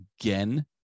again